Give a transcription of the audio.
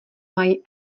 mají